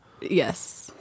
Yes